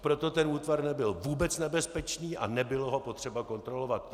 Proto tento útvar nebyl vůbec nebezpečný a nebylo ho potřeba kontrolovat.